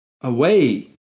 away